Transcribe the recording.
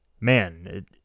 Man